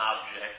object